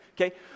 Okay